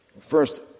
First